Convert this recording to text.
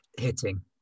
hitting